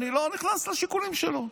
אני לא נכנס לשיקולים שלו.